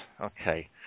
Okay